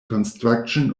construction